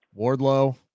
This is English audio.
wardlow